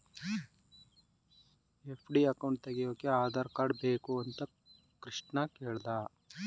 FD account ತೆಗೆಯೋಕೆ Aadhaar card ಬೇಕು ಅಂತ ಕೃಷ್ಣ ಕೇಳ್ದ